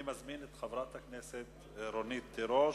אני מזמין את חברת הכנסת רונית תירוש.